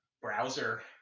Browser